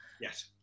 Yes